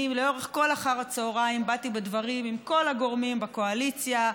לאורך כל אחר הצוהריים באתי בדברים עם כל הגורמים בקואליציה,